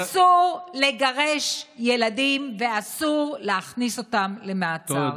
אסור לגרש ילדים ואסור להכניס אותם למעצר.